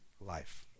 life